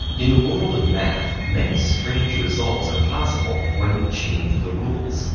in the world of math, many strange results are possible when we change the rules.